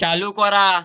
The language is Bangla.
চালু করা